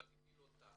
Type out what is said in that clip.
למה לא להגדיל אותה